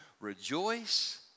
rejoice